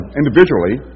individually